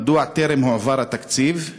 1. מדוע טרם הועבר התקציב?